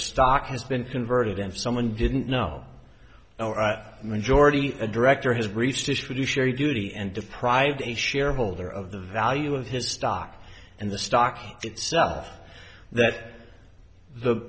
stock has been converted and someone didn't know majority a director has breached issue sherrie duty and deprived a shareholder of the value of his stock and the stock itself that the